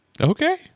Okay